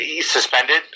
suspended